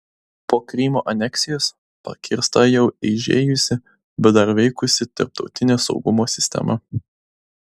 po krymo aneksijos pakirsta jau eižėjusi bet dar veikusi tarptautinė saugumo sistema